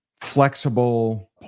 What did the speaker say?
flexible